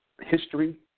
history